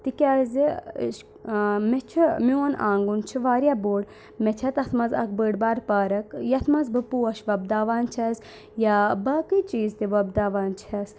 تِکیٛازِ مےٚ چھُ مِیون آنٛگُن چھُ واریاہ بوٚڑ مےٚ چھَ تَتھ منٛز اَکھ بٔڑ بَارٕ پارَک یَتھ منٛز بہٕ پوش وۄبداوان چھَس یا باقٕے چیٖز تہِ وۄپداوان چھَس